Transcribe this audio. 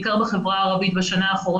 בעיקר בחברה הערבית.